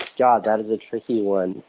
god, that is a tricky one.